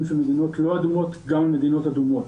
של מדינות לא אדומות גם למדינות אדומות.